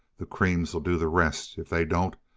the creams ll do the rest. if they don't,